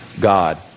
God